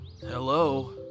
Hello